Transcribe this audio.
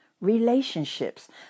relationships